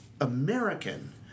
American